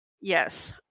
Yes